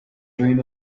dream